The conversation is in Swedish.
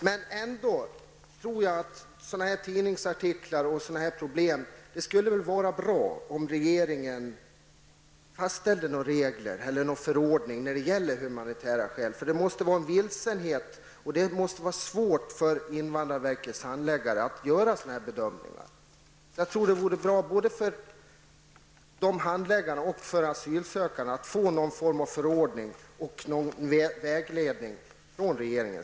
Men beträffande sådana här tidningsartiklar och problem skulle det vara bra om regeringen fastställde några regler eller någon förordning när det gäller humanitära skäl. Det måste nämligen vara svårt för invandrarverkets handläggare att göra sådana bedömningar. Jag tror därför att det vore bra både för handläggarna och för de asylsökande att det kommer någon form av förordning och någon vägledning från regeringen.